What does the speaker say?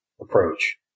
approach